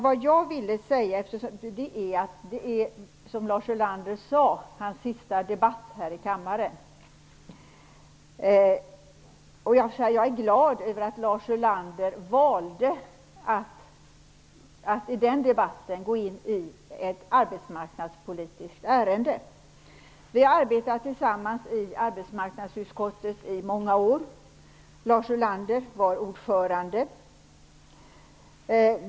Vad jag ville ta upp är att detta, som Lars Ulander sade, är hans sista debatt här i kammaren. Jag är glad över att Lars Ulander då valde att gå upp i ett arbetsmarknadspolitiskt ärende. Vi har i många år arbetat tillsammans i arbetsmarknadsutskottet, där Lars Ulander varit ordförande.